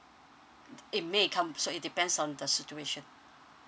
it may come so it depends on the situation